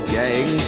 gang